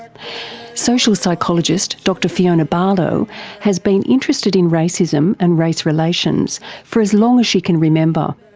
social psychologist dr fiona barlow has been interested in racism and race relations for as long as she can remember.